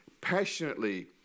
passionately